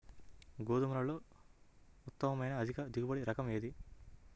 గోధుమలలో ఉత్తమమైన అధిక దిగుబడి రకం ఏది?